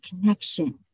connection